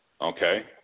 Okay